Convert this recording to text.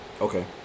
Okay